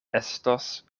estos